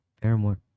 paramore